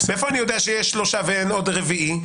מאיפה אני יודע שיש רק שלושה ואין עוד אח רביעי?